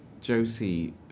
Josie